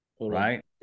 Right